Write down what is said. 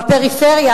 בפריפריה,